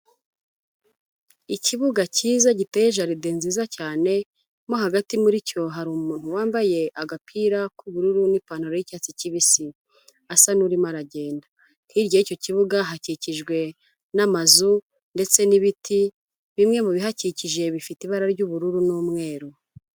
Ikibuga cyiza giteye jaride nziza cyane, mo hagati muri cyo hari umuntu wambaye agapira k'ubururu n'ipantaro y'icyatsi kibisi. Asa n'urimo aragenda. Hirya y'icyo kibuga hakikijwe n'amazu ndetse n'ibiti, bimwe mubihakikije bifite ibara ry'ubururu n'umweru.